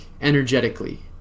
energetically